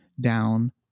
down